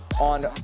on